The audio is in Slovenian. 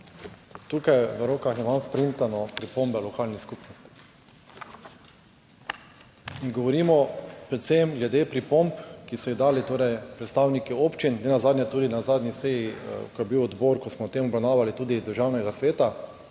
imam v rokah sprintane pripombe lokalnih skupnosti in govorimo predvsem glede pripomb, ki so jih dali predstavniki občin, nenazadnje tudi na zadnji seji, ko je bil odbor, ko smo to obravnavali, pa tudi Državnega sveta,